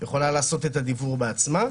יכולה לעשות את הדיוור בעצמה.